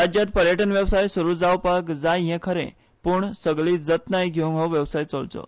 राज्यांत पर्यटन वेवसाय सुरू जावपाक जाय हें खरें पूण सगली जतनाय घेवन हो वेवसाय चलचो